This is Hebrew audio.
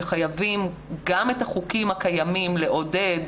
שחייבים גם את החוקים הקיימים לעודד,